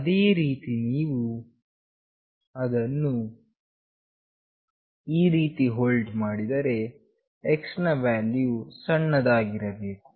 ಅದೇ ರೀತಿ ನೀವು ಅದನ್ನು ಈ ರೀತಿ ಹೋಲ್ಡ್ ಮಾಡಿದರೆ X ನ ವ್ಯಾಲ್ಯೂ ವು ಕನಿಷ್ಠವಾಗಿರಬೇಕು